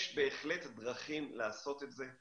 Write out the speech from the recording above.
יש בהחלט דרכים לעשות את זה,